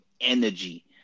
energy